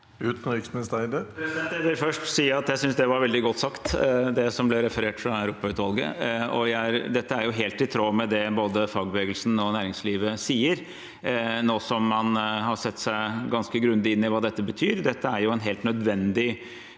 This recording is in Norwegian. Jeg vil først si at jeg synes det var veldig godt sagt, det som her ble referert fra Europautvalget. Dette er helt i tråd med det både fagbevegelsen og næringslivet sier, nå som man har satt seg ganske grundig inn i hva dette betyr. Dette er et helt nødvendig